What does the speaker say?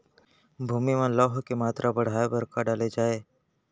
भूमि मा लौह के मात्रा बढ़ाये बर का डाले जाये?